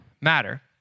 matter